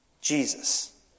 Jesus